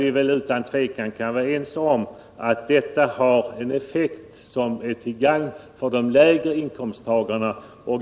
Vi kan väl vara ense om att den reduktionen är till gagn för de lägre inkomsttagarna.